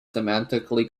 semantically